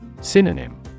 Synonym